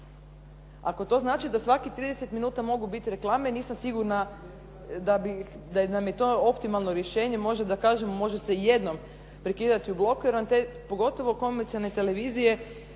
Ako to znači da svakih 30 minuta mogu biti reklame nisam sigurna da nam je to optimalno rješenje. Možda da kažemo može se jednom prekidati u blokovima, jer nam te pogotovo komercijalne televizije